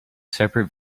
separate